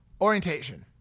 Orientation